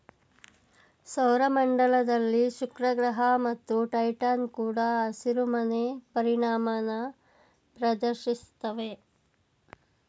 ಸೌರ ಮಂಡಲದಲ್ಲಿ ಶುಕ್ರಗ್ರಹ ಮತ್ತು ಟೈಟಾನ್ ಕೂಡ ಹಸಿರುಮನೆ ಪರಿಣಾಮನ ಪ್ರದರ್ಶಿಸ್ತವೆ